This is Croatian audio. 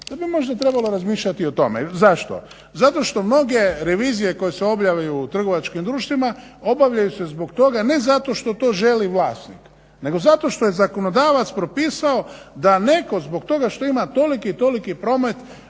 da bi možda trebalo razmišljati o tome. Zašto? Zato što mnoge revizije koje se obavljaju u trgovačkim društvima, obavljaju se zbog toga ne zato što to želi vlasnik nego zato što je zakonodavac propisao da netko zbog toga što ima toliki i toliki promet